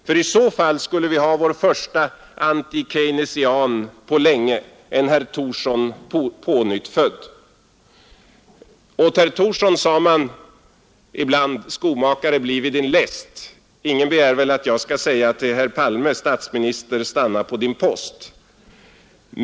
Om så skulle vara fallet har vi nämligen vår förste anti-keynesian på länge, en herr Thorsson pånyttfödd. Åt herr Thorsson sade man ibland: Skomakare, bliv vid din läst! Ingen begär väl att jag skall säga till herr Palme: Statsminister, stanna på din post!